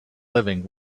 living